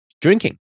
drinking